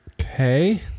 Okay